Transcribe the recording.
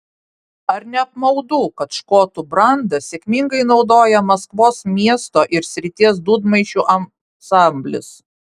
ar ne apmaudu kad škotų brandą sėkmingai naudoja maskvos miesto ir srities dūdmaišininkų ansamblis